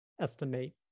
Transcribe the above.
estimate